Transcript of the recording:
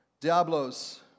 diablos